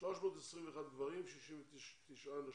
321 גברים, 69 נשים.